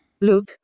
Look